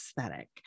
aesthetic